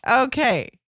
okay